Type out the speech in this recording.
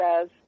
says